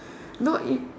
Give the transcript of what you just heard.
no it